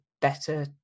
better